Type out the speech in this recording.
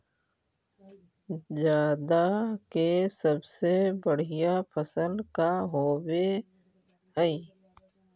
जादा के सबसे बढ़िया फसल का होवे हई?